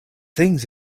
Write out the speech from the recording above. things